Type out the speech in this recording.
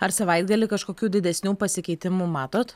ar savaitgalį kažkokių didesnių pasikeitimų matot